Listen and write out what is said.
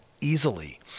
easily